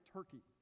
Turkey